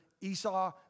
Esau